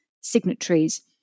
signatories